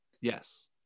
Yes